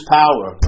power